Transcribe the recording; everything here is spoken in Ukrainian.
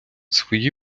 свої